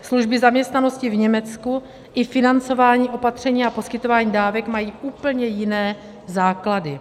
Služby zaměstnanosti v Německu i financování opatření a poskytování dávek mají úplně jiné základy.